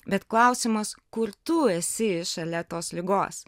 bet klausimas kur tu esi šalia tos ligos